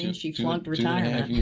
she flunked retirement.